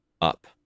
up